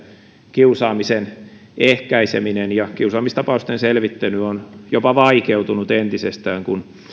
kiusaamisen ehkäiseminen ja kiusaamistapausten selvittely on jopa vaikeutunut entisestään kun